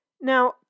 Now